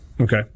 Okay